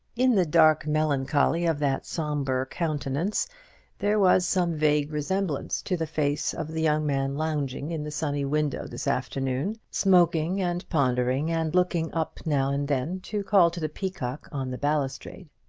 in the dark melancholy of that sombre countenance there was some vague resemblance to the face of the young man lounging in the sunny window this afternoon, smoking and pondering, and looking up now and then to call to the peacock on the balustrade.